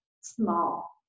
small